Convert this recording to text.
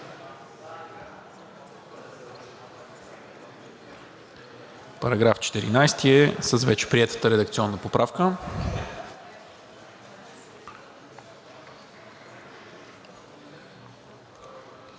Параграф 14 е с вече приетата редакционна поправка.